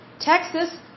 Texas